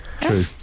true